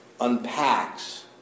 unpacks